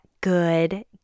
good